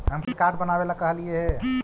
हम credit card बनावे ला कहलिऐ हे?